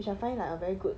which I find like a very good